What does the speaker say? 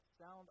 sound